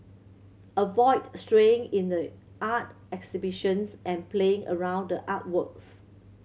avoid straying into the art exhibitions and playing around the artworks